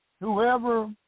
whoever